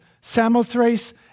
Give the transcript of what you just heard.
Samothrace